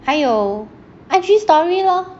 还有 I_G story lor